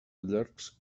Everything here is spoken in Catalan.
llargs